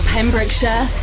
Pembrokeshire